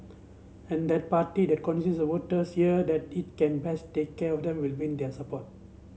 and that party that voters here that it can best take care of them will win their support